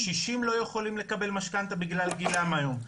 קשישים לא יכולים לקבל משכנתא בגלל גילם היום.